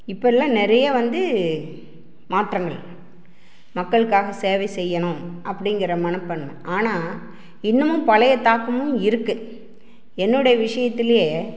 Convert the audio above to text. இப்பெல்லாம் நிறைய வந்து மாற்றங்கள் மக்களுக்காக சேவை செய்யணும் அப்படிங்கிற மனப்பான்மை ஆனால் இன்னமும் பழைய தாக்கமும் இருக்குது என்னுடைய விஷயத்துலே